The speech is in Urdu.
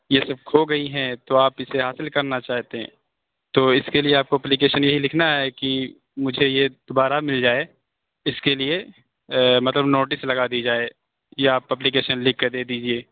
یہ سب کھو گئی ہیں تو آپ اسے حاصل کرنا چاہتے ہیں تو اِس کے لیے آپ کو اپلیکیشن یہی لکھنا ہے کہ مجھے یہ دوبارہ مِل جائے اِس کے لیے مطلب نوٹس لگا دی جائے یہ آپ اپلیکیشن لکھ کے دے دیجیے